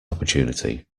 opportunity